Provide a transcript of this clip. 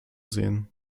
sehen